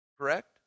Correct